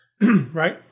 Right